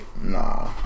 nah